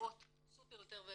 שנפגעות הרבה יותר.